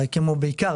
הקימו בעיקר,